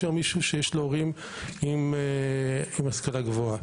לעומת ילד עם הורים בעלי השכלה גבוהה.